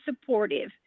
supportive